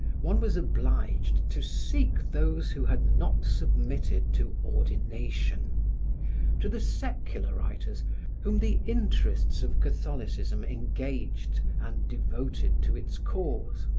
one was obliged to seek those who had not submitted to ordination to the secular writers whom the interests of catholicism engaged and devoted to its cause.